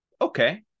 okay